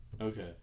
Okay